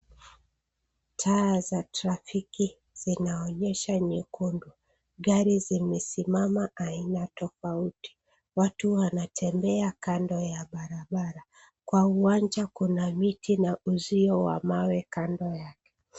Taa za trafiki zinaonyesha mekundu. Gari zimesimama aina tofouti watu wanatembea kando ya barbara kwa uwanja kuna miti na uzio wa mawe kando Yake.